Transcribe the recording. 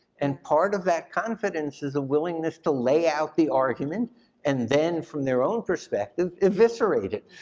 and part of that confidence is a willingness to lay out the argument and then from their own perspective eviscerate it,